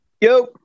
Yo